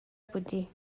بودی